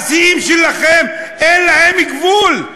השיאים שלכם, אין להם גבול.